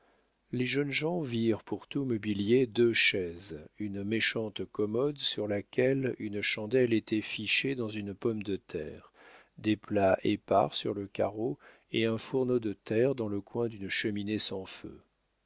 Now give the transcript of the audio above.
les jeunes gens virent pour tout mobilier deux chaises une méchante commode sur laquelle une chandelle était fichée dans une pomme de terre des plats épars sur le carreau et un fourneau de terre dans le coin d'une cheminée sans feu